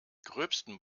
gröbsten